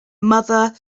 mother